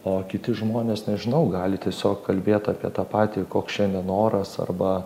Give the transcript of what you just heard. o kiti žmonės nežinau gali tiesiog kalbėt apie tą patį koks šiandien oras arba